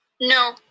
No